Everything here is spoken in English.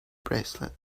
bracelet